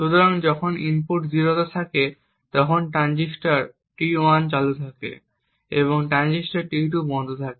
সুতরাং যখন ইনপুট 0 এ থাকে তখন ট্রানজিস্টর T1 চালু থাকে এবং ট্রানজিস্টর T2 বন্ধ থাকে